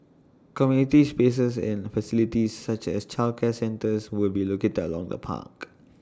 community spaces and facilities such as childcare centres will be located along the park